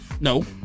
no